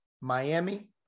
Miami